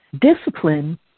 Discipline